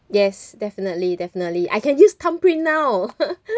yes definitely definitely I can use thumbprint now